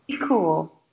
cool